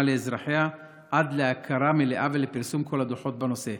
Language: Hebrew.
לאזרחיה עד להכרה מלאה ולפרסום כל הדוחות בנושא.